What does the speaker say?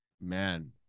Man